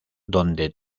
donde